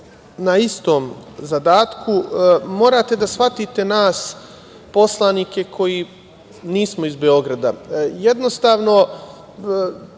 na istom zadatku. Morate da shvatite nas, poslanike koji nismo iz Beograda.